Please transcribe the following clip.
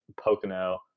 Pocono